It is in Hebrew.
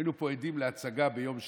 היינו עדים פה להצגה ביום שני,